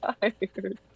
tired